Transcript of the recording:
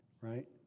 right